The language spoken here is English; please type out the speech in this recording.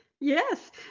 yes